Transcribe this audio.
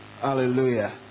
hallelujah